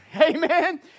Amen